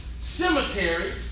Cemetery